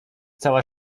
cała